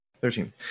Thirteen